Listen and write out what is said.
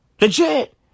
Legit